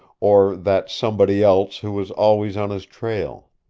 or that somebody else who was always on his trail.